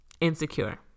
insecure